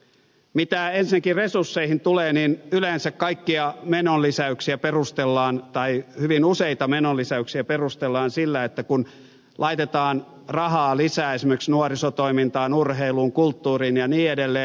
mitä ensinnäkin resursseihin tulee niin yleensä kaikkia menonlisäyksiä perustellaan tai hyvin useita menonlisäyksiä perustellaan sillä että kun laitetaan rahaa lisää esimerkiksi nuorisotoimintaan urheiluun kulttuuriin ja niin edelleen